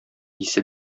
исе